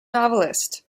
novelist